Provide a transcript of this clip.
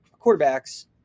quarterbacks